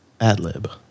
Adlib